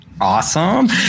awesome